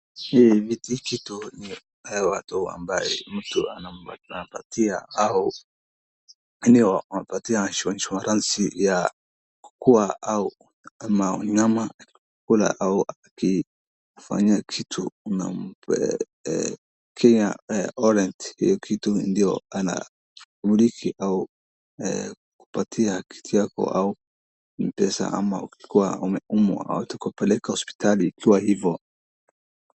Hii kitu ni hawa watu, ambaye mtu anawapatia, au unapatiwa insurance ya kukuwa au ama wanyama kula. Au akikufanyia kitu, unampea warrant . Hicho kitu ndiyo anamiliki, kupatiwa kitu yako au ni pesa, ama ukikuwa umeumwa watakupeleka hospitali ikiwa hivyo.